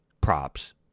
props